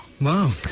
wow